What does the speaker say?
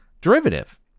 derivative